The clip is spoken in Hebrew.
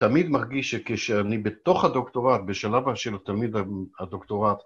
תמיד מרגיש שכשאני בתוך הדוקטורט, בשלב השאלות, תמיד הדוקטורט